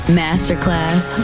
masterclass